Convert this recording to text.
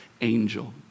angel